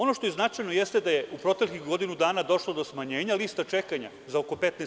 Ono što je značajno jeste da je u proteklih godinu dana došlo je do smanjenja liste čekanja za oko 15%